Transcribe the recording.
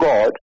God